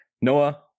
Noah